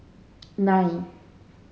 nine